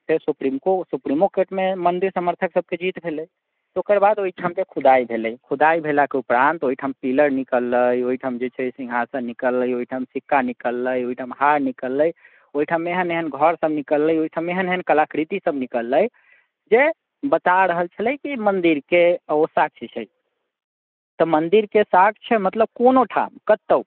फेर supreme court सुप्रीमो कोर्टमे मन्दिर समर्थक सभके जीत भेलै तकर बाद ओहिठामके खुदाइ भेलै खुदाइ भेलाके उपरान्त ओहिठाम पिलर निकललै ओहिठाम जे छै सिंहासन निकललै ओहिठाम सिक्का निकललै ओहिठाम हार निकललै ओहिठाम एहन एहन घर सभ निकललै ओहिठाम एहन एहन कलाकृति सभ निकललै जे बता रहल छलै कि मन्दिरके ओ साक्षी छै तऽ मन्दिरके साक्ष मतलब कोनो ठाम कतहुँ